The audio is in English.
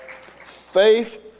Faith